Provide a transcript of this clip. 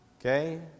Okay